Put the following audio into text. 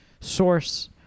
source